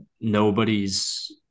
nobody's